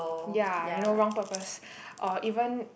ya you know wrong purpose or even